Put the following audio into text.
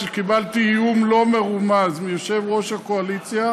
שקיבלתי איום לא מרומז מיושב-ראש הקואליציה